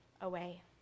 away